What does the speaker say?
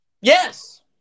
Yes